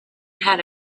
had